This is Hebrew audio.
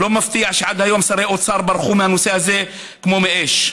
לא מפתיע שעד היום שרי אוצר ברחו מהנושא הזה כמו מאש.